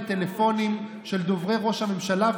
לטלפונים של דוברי ראש הממשלה,